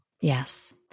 Yes